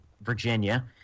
Virginia